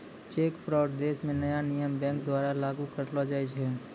cheque fraud देश म नया नियम बैंक द्वारा लागू करलो जाय छै